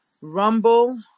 Rumble